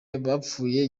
yapfuye